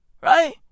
Right